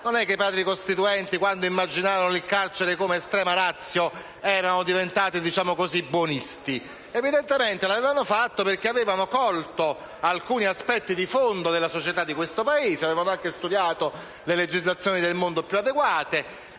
avanzato. I Padri costituenti quando immaginarono il carcere come estrema *ratio* non erano diventati buonisti. Evidentemente, l'avevano fatto perché avevano colto alcuni aspetti di fondo della società di questo Paese e avevano studiato le legislazioni del mondo più adeguate.